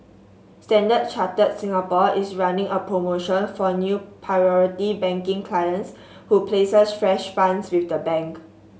Standard Chartered Singapore is running a promotion for new Priority Banking clients who places fresh funds with the bank